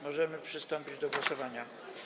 Możemy przystąpić do głosowania.